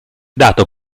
dato